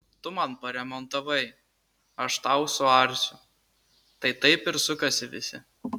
tu man paremontavai aš tau suarsiu tai taip ir sukasi visi